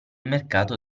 mercato